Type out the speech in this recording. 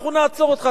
אנחנו נעצור אותך.